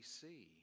see